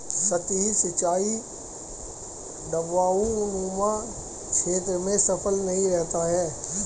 सतही सिंचाई ढवाऊनुमा क्षेत्र में सफल नहीं रहता है